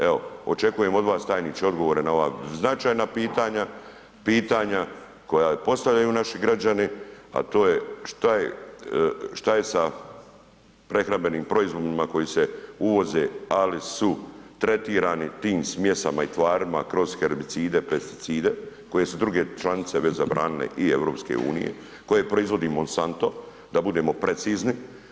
Evo, očekujem od vas, tajniče, odgovore na ova značajna pitanja, pitanja koja postavljaju naši građani, a to je što se sa prehrambenim proizvodima koji se uvoze, ali su tretirani tim smjesama i tvarima kroz herbicide, pesticide, koje su druge članice već zabranile i EU, koja proizvodi Monsanto, da budemo precizni.